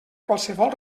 qualsevol